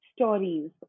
stories